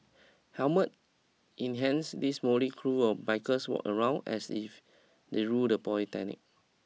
helmets in hands these motley crew of bikers walked around as if they ruled the polytechnic